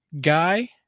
guy